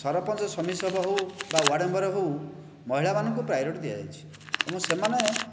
ସରପଞ୍ଚ ସମିତି ସଭ୍ୟ ହେଉ ବା ୱାର୍ଡ଼ ମେମ୍ବର ହେଉ ମହିଳାମାନଙ୍କୁ ପ୍ରାୟୋରୀଟି ଦିଆଯାଇଛି ଏବଂ ସେମାନେ